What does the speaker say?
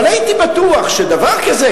אבל הייתי בטוח שדבר כזה,